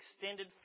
extended